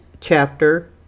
chapter